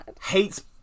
hates